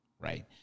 Right